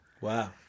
Wow